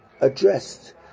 addressed